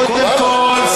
קודם כול,